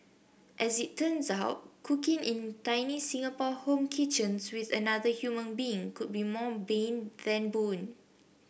as it turns out cooking in tiny Singapore home kitchens with another human being could be more bane than boon